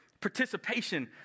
participation